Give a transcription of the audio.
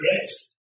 grace